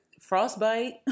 frostbite